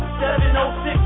706